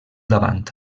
davant